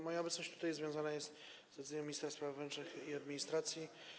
Moja obecność tutaj związana jest z decyzją Ministerstwa Spraw Wewnętrznych i Administracji.